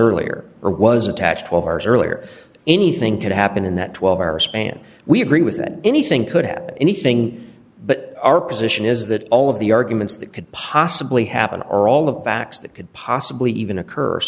earlier or was attached twelve hours earlier anything could happen in that twelve hour span we agree with that anything could have anything but our position is that all of the arguments that could possibly happen or all of the facts that could possibly even occurs